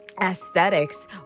aesthetics